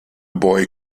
boy